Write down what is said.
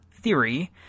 theory